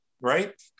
Right